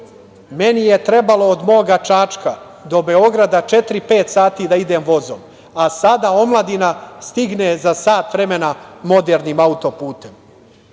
meni je trebalo od moga Čačka do Beograda četiri-pet sati da idem vozom, a sada omladina stigne za sat vremena modernim auto-putem“.